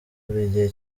gihe